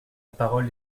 parole